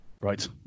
Right